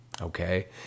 Okay